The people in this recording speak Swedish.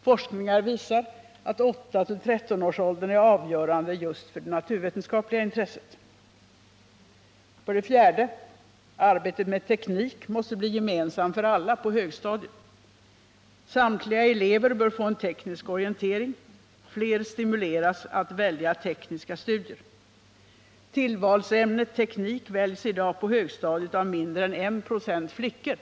Forskningar visar att 8-13-årsåldern är avgörande just för det naturvetenskapliga intresset. För det fjärde: Arbetet med teknik måste bli gemensamt för alla på högstadiet. Samtliga elever bör få en teknisk orientering, fler bör stimuleras att välja tekniska studier. Tillvalsämnet teknik väljs i dag på högstadiet av mindre än 1 96 flickor.